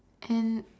and